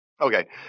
Okay